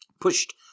pushed